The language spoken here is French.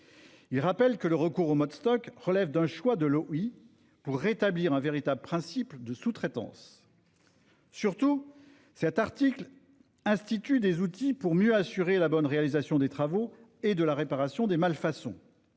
souligne que le recours au mode Stoc relève d'un choix de l'OI pour rétablir un véritable principe de sous-traitance et met en place des outils pour assurer la bonne réalisation des travaux et la réparation des malfaçons.